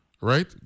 right